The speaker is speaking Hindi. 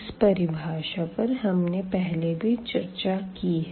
इस परिभाषा पर हमने पहले भी चर्चा की है